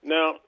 Now